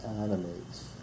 animates